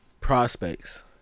prospects